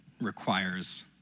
requires